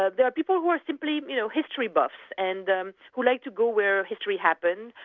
ah there are people who are simply you know history buffs, and um who like to go where history happened,